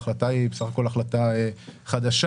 ההחלטה היא החלטה חדשה